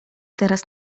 teraz